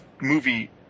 movie